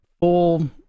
full